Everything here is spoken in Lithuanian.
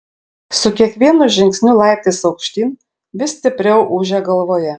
su kiekvienu žingsniu laiptais aukštyn vis stipriau ūžė galvoje